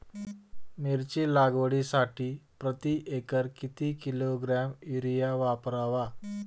मिरची लागवडीसाठी प्रति एकर किती किलोग्रॅम युरिया वापरावा?